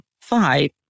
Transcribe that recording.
five